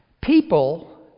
people